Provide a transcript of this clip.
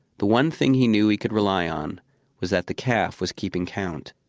the one thing he knew he could rely on was that the calf was keeping count,